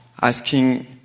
asking